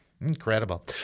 Incredible